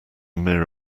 mere